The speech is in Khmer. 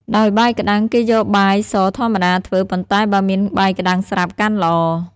ដោយបាយក្តាំង គេយកបាយសធម្មតាធ្វើ ប៉ុន្តែបើមានបាយក្តាំងស្រាប់កាន់ល្អ។